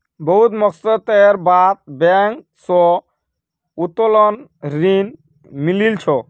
बहुत मशक्कतेर बाद बैंक स उत्तोलन ऋण मिलील छ